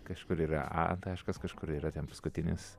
kažkur yra a taškas kažkur yra ten paskutinis